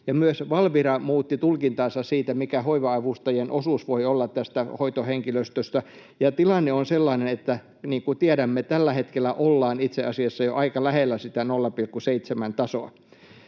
myös Valvira muutti tulkintaansa siitä, mikä hoiva-avustajien osuus voi olla tästä hoitohenkilöstöstä. Tilanne on sellainen, niin kuin tiedämme, että tällä hetkellä ollaan itse asiassa jo aika lähellä sitä 0,7:n tasoa.